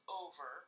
over